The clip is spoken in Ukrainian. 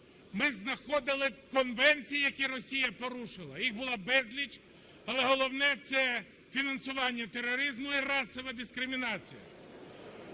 ми знаходили конвенції, які Росія порушила, їх було безліч, але головне – це фінансування тероризму і расова дискримінація.